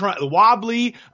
wobbly